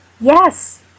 yes